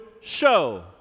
show